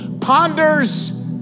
ponders